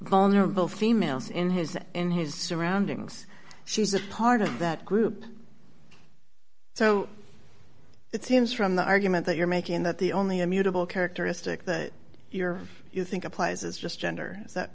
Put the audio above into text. vulnerable females in his in his surroundings she's a part of that group so it seems from the argument that you're making that the only immutable characteristic that your you think applies is just gender is that